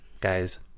Guys